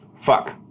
Fuck